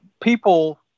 people